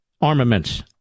armaments